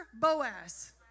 Boaz